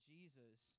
Jesus